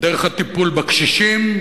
דרך הטיפול בקשישים,